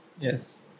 yes